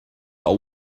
are